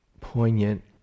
poignant